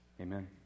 Amen